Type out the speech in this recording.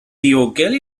ddiogel